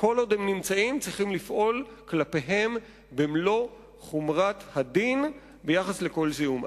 כל עוד הם נמצאים צריך לפעול כלפיהם במלוא חומרת הדין ביחס לכל זיהום.